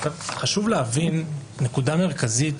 חשוב להבין נקודה מרכזית: